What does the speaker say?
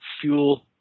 fuel